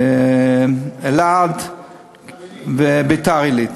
אלעד וביתר-עילית,